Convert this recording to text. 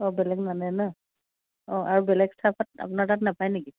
অঁ বেলেগ নানে ন অঁ আৰু বেলেগ চাহপাত আপোনাৰ তাত নাপায় নেকি